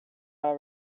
all